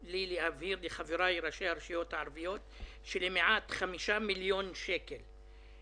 רשויות יהודיות אחרות שהן מוחלשות מאוד,